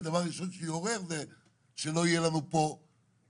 הדבר הראשון שהוא יעורר זה שלא יהיו לנו פה כפילויות